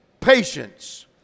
patience